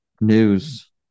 news